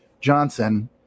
Johnson